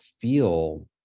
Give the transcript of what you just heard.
feel